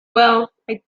well—i